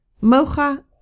Mocha